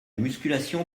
musculation